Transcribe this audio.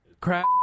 Crap